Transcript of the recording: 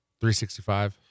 365